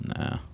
nah